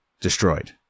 destroyed